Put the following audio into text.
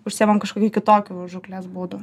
užsiimam kažkokiu kitokiu žūklės būdu